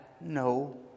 no